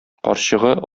карчыгы